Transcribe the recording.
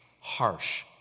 harsh